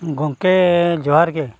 ᱜᱚᱢᱠᱮ ᱡᱚᱦᱟᱨ ᱜᱮ